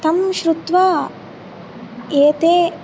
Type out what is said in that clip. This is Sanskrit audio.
तं श्रुत्वा एते